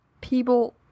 people